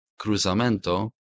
cruzamento